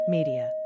Media